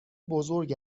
بزرگ